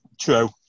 true